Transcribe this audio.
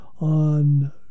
on